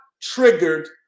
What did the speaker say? triggered